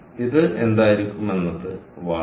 ഇത് എന്തായിരിക്കും എന്നത് വാട്ട്സ്